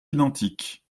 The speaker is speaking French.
identiques